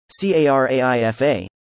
CARAIFA